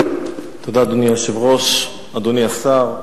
אדוני היושב-ראש, אדוני השר,